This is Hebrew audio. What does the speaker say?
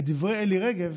לדברי אלי רגב,